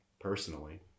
personally